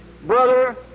Brother